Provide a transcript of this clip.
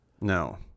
No